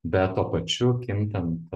bet tuo pačiu kintant